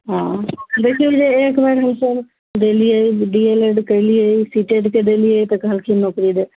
हँ ओ देखू जे एक बेर देलिए बी एड केलिए सी टेट के देलिए तऽ कहलखिन नौकरी देब